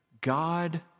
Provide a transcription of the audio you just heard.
God